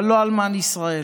אבל לא אלמן ישראל,